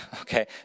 Okay